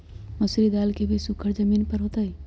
मसूरी दाल के बीज सुखर जमीन पर होतई?